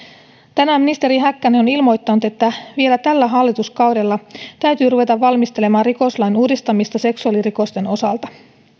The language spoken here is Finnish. tänään ministeri häkkänen on ilmoittanut että vielä tällä hallituskaudella täytyy ruveta valmistelemaan rikoslain uudistamista seksuaalirikosten osalta